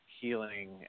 healing